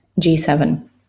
G7